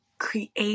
create